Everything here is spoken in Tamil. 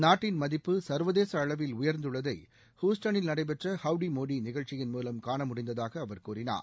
நாட்டின் மதிப்பு சர்வதேச அளவில் உயர்ந்துள்ளதை ஹூஸ்டனில் நடைபெற்ற ஹவுடி மோடி நிகழ்ச்சியின் மூலம் காண முடிந்ததாக அவர் கூறினார்